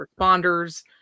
responders